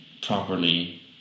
properly